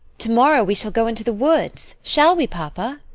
to-morrow we shall go into the woods, shall we, papa?